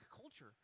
culture